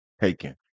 taken